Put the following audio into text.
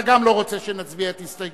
גם אתה לא רוצה שנצביע את הסתייגותך?